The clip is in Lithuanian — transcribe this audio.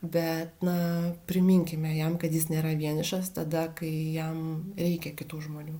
bet na priminkime jam kad jis nėra vienišas tada kai jam reikia kitų žmonių